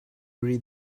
read